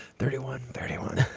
thirty one. thirty one.